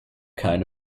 kind